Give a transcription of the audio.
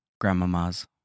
Grandmama's